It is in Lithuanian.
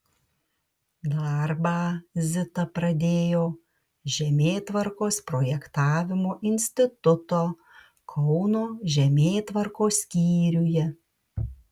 darbą zita pradėjo žemėtvarkos projektavimo instituto kauno žemėtvarkos skyriuje